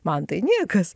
man tai niekas